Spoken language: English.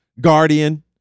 guardian